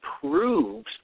proves